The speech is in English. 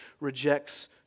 rejects